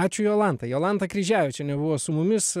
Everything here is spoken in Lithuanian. ačiū jolanta jolanta kryževičienė buvo su mumis